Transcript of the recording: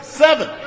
seven